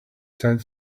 said